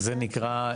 שזה נקרא?